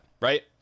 right